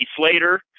Slater